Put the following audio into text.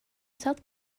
south